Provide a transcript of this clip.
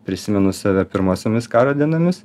prisimenu save pirmosiomis karo dienomis